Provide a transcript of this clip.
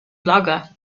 blogger